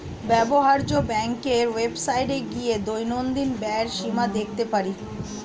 ব্যবহার্য ব্যাংকের ওয়েবসাইটে গিয়ে দৈনন্দিন ব্যয়ের সীমা দেখতে পারি